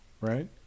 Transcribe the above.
Right